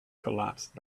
collapsed